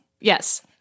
Yes